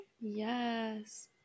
yes